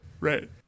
Right